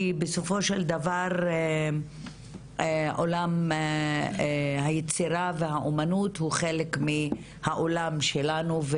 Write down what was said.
כי בסופו של דבר עולם היצירה והאומנות הוא חלק מהעולם שלנו,